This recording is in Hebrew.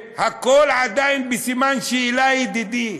והכול עדיין בסימן שאלה, ידידי: